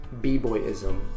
B-boyism